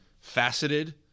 faceted